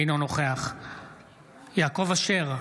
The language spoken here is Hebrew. אינו נוכח יעקב אשר,